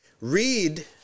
read